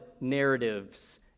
narratives